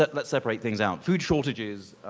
but let's separate things out. food shortages